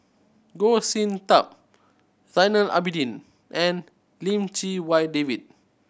Goh Sin Tub Zainal Abidin and Lim Chee Wai David